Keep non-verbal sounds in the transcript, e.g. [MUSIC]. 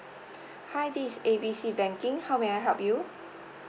[BREATH] this A B C banking how may I help you